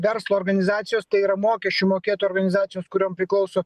verslo organizacijos tai yra mokesčių mokėtų organizacijos kuriom priklauso